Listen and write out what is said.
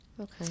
Okay